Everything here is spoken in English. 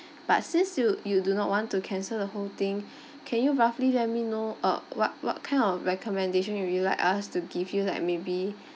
but since you you do not want to cancel the whole thing can you roughly let me know uh what what kind of recommendation you will like us to give you like maybe